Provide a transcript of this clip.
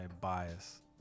bias